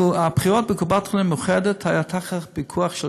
הבחירות בקופת-חולים מאוחדת היו תחת פיקוח של